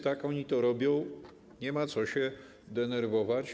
Tak oni to robią, nie ma co się denerwować.